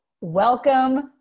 welcome